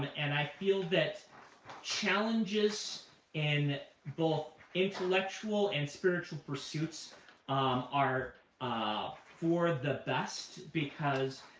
and i feel that challenges in both intellectual and spiritual pursuits are ah for the best, because